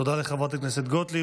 תודה לחברת הכנסת גוטליב.